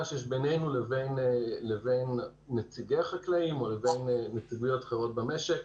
שיש בינינו לבין נציגי החקלאים או לבין נציגויות אחרות במשק.